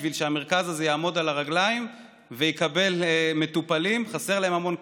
בשביל שהמרכז הזה יעמוד על הרגליים ויקבל מטופלים חסר להם המון כסף.